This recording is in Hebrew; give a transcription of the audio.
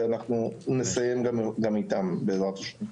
ואנחנו נסיים גם איתם בע"ה.